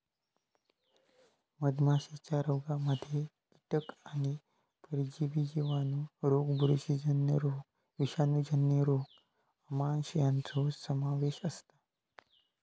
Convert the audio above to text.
मधमाशीच्या रोगांमध्ये कीटक आणि परजीवी जिवाणू रोग बुरशीजन्य रोग विषाणूजन्य रोग आमांश यांचो समावेश असता